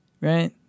right